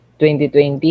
2020